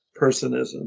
personism